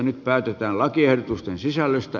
nyt päätetään lakiehdotusten sisällöstä